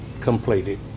completed